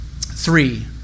Three